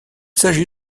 s’agit